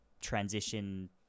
transition